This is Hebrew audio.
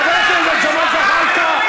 חבר הכנסת ג'מאל זחאלקה.